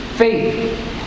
Faith